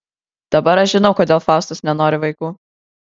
dabar aš žinau kodėl faustas nenori vaikų